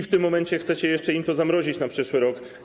W tym momencie chcecie jeszcze im to zamrozić na przyszły rok.